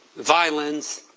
violence,